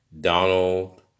Donald